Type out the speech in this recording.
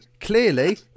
clearly